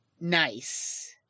Nice